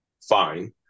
fine